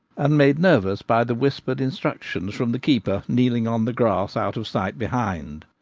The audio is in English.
and made nervous by the whispered instructions from the keeper kneeling on the grass out of sight behind,